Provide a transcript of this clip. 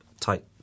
tight